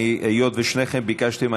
היות ששניכם ביקשתם,